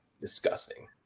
Disgusting